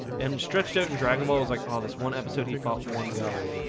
and stretched out and dragon ball was like, oh this one episode. he fought one guy